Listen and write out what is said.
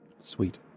sweet